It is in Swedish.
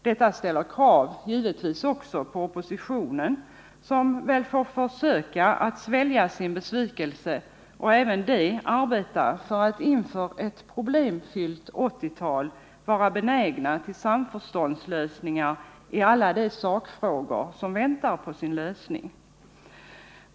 Detta ställer givetvis krav också på oppositionspartierna, som får försöka svälja sin besvikelse och också de inför ett problemfyllt 1980-tal arbeta för och vara benägna till samförståndslösningar i alla de sakfrågor som väntar på sin lösning.